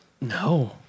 No